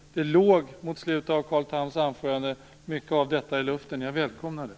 Mot slutet av Carl Thams anförande låg mycket av detta i luften. Jag välkomnar det.